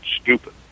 stupid